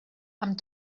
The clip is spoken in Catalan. amb